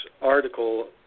article